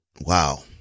wow